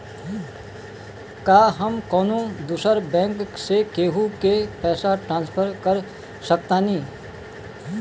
का हम कौनो दूसर बैंक से केहू के पैसा ट्रांसफर कर सकतानी?